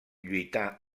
lluità